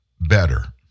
better